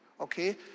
okay